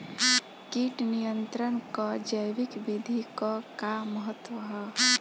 कीट नियंत्रण क जैविक विधि क का महत्व ह?